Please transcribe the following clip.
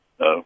no